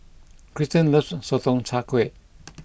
Kirsten loves Sotong Char Kway